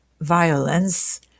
violence